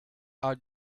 are